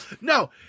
no